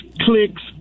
Clicks